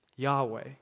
Yahweh